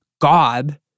God